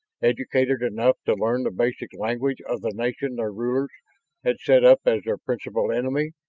educated enough to learn the basic language of the nation their rulers had set up as their principal enemy?